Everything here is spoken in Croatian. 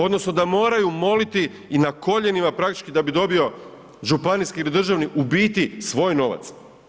Odnosno da moraju moliti i na koljenima praktički da bi dobio županijski ili državni u biti svoj novac.